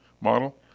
model